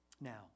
Now